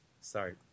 Sorry